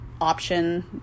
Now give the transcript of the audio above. option